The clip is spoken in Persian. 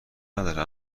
نداره